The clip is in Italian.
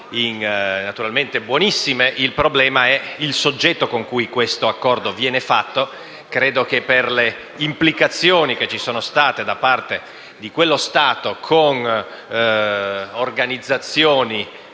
sono buonissime, il problema è il soggetto con cui l'Accordo viene fatto. Credo che, per le implicazioni che ci sono state da parte di quello Stato con organizzazioni